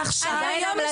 עכשיו,